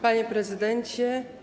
Panie Prezydencie!